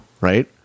right